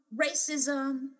racism